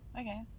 okay